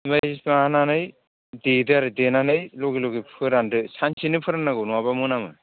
बेबायदि माबानानै देदो आरो देनानै लोगो लोगो फोरानदो सानसेनो फोराननांगौ नङाबा मोनामो